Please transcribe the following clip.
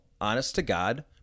honest-to-God